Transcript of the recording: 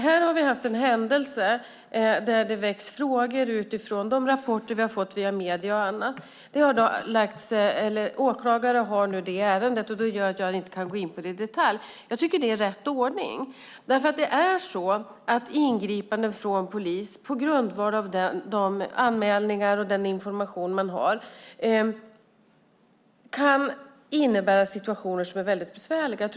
Här har vi haft en händelse där det väckts frågor utifrån de rapporter vi har fått via medierna och annat. Åklagare har nu det ärendet. Det gör att jag inte kan gå in på det i detalj. Jag tycker att det är rätt ordning. Ingripanden från polis på grundval av de anmälningar och den information man har kan innebära situationer som är väldigt besvärliga.